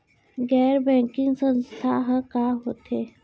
गैर बैंकिंग संस्था ह का होथे?